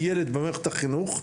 ילד במערכת החינוך,